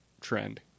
trend